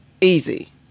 Easy